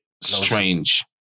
strange